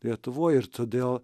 lietuvoj ir todėl